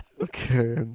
Okay